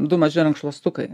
du maži rankšluostukai